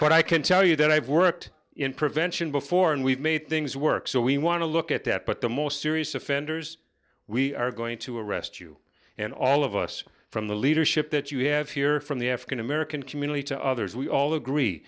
god i can tell you that i've worked in prevention before and we've made things work so we want to look at that but the most serious offenders we are going to arrest you and all of us from the leadership that you have here from the african american community to others we all agree